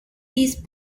these